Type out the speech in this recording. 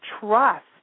Trust